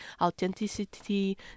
authenticity